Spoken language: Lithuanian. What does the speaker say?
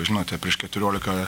žinote prieš keturiolika